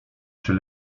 czy